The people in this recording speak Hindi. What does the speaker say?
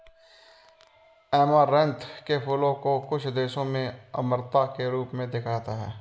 ऐमारैंथ के फूलों को कुछ देशों में अमरता के रूप में देखा जाता है